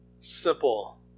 simple